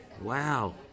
Wow